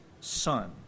Son